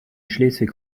schleswig